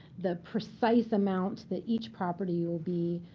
the precise amount that each property will be